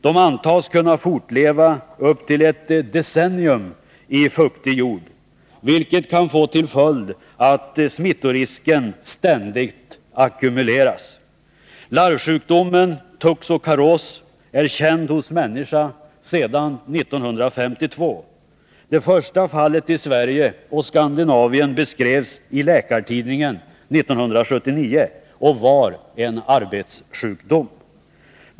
De antas kunna fortleva upp till ett decennium i fuktig jord, vilket kan få till följd att smittorisken ständigt ackumuleras. Larvsjukdomen toxocaros är känd hos människan sedan 1952. Det första fallet i Sverige och Skandinavien beskrevs i Läkartidningen 1979 och var en arbetssjukdom.